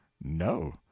no